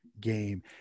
game